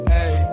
Hey